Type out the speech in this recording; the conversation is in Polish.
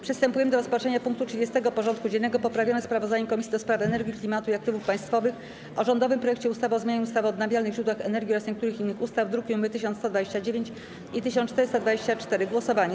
Przystępujemy do rozpatrzenia punktu 30. porządku dziennego: Poprawione sprawozdanie Komisji do Spraw Energii, Klimatu i Aktywów Państwowych o rządowym projekcie ustawy o zmianie ustawy o odnawialnych źródłach energii oraz niektórych innych ustaw (druki nr 1129 i 1424) - głosowanie.